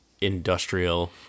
industrial